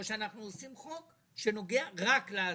וא שאנחנו עושים חוק שנוגע רק להזנקה.